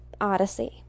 Odyssey